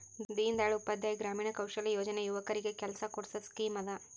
ದೀನ್ ದಯಾಳ್ ಉಪಾಧ್ಯಾಯ ಗ್ರಾಮೀಣ ಕೌಶಲ್ಯ ಯೋಜನಾ ಯುವಕರಿಗ್ ಕೆಲ್ಸಾ ಕೊಡ್ಸದ್ ಸ್ಕೀಮ್ ಅದಾ